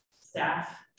Staff